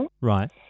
Right